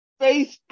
Facebook